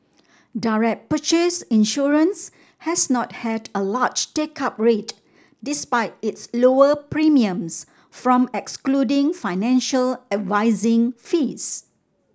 direct purchase insurance has not had a large take up rate despite its lower premiums from excluding financial advising fees